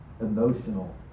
emotional